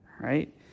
right